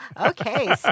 okay